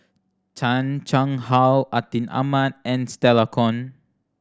Chan Chang How Atin Amat and Stella Kon